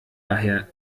daher